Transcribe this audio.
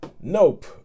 nope